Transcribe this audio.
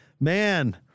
man